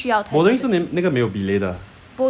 bordering 是那个没有:shina ge mei you belay 的 mm